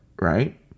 right